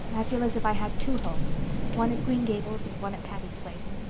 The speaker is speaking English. i feel as if i had two homes one at green gables and one at patty's place.